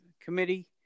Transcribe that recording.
committee